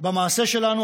במעשה שלנו,